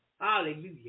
Hallelujah